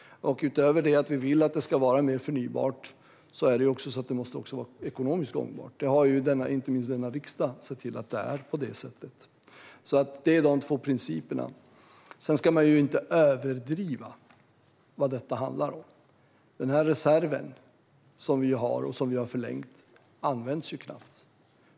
Utöver att vi vill att det ska vara mer förnybart måste det också vara ekonomiskt gångbart. Inte minst denna riksdag har sett till att det är på det sättet. Det är de två principer som gäller. Man ska inte heller överdriva vad detta handlar om. Den reserv som vi har och som vi har förlängt används knappt.